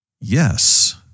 yes